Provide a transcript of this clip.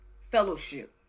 fellowship